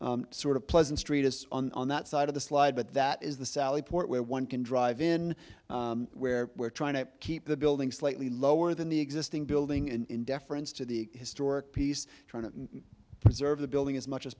sort of pleasant street is on that side of the slide but that is the sally port where one can drive in where we're trying to keep the building slightly lower than the existing building in deference to the historic piece trying to preserve the building as much as